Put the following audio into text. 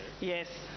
Yes